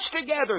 together